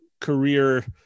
career